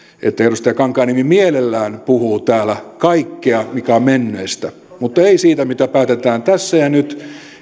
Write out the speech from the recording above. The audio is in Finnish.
että edustaja kankaanniemi mielellään puhuu täällä kaikkea mikä on menneestä mutta ei siitä mitä päätetään tässä ja nyt